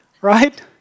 right